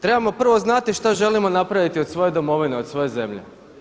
Trebamo prvo znati šta želimo napraviti od svoje domovine, od svoje zemlje.